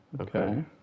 Okay